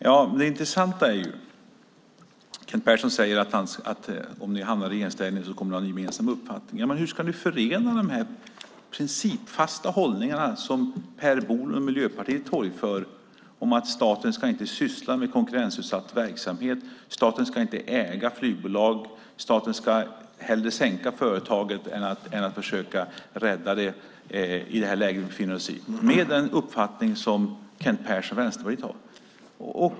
Herr talman! Kent Persson säger att om de hamnar i regeringsställning kommer de att ha en gemensam uppfattning. Hur ska man kunna förena de principfasta hållningar som Per Bolund och Miljöpartiet torgför - att staten inte ska syssla med konkurrensutsatt verksamhet, inte äga flygbolag, hellre sänka företaget än försöka rädda det i det läge vi befinner oss - med den uppfattning som Kent Persson och Vänsterpartiet har?